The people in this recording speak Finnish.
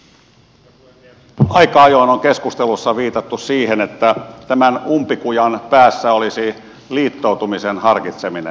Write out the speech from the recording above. aika ajoin on keskustelussa viitattu siihen että tämän umpikujan päässä olisi liittoutumisen harkitseminen